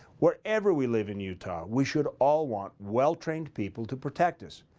wherever we live in utah, we should all want well trained people to protect us,